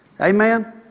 Amen